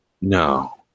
No